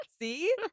See